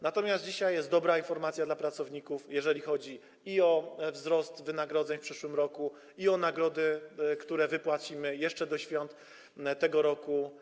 Natomiast dzisiaj jest dobra informacja dla pracowników, jeżeli chodzi i o wzrost wynagrodzeń w przyszłym roku, i o nagrody, które wypłacimy jeszcze do świąt w tym roku.